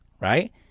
right